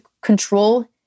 control